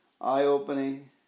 Eye-opening